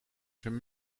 zijn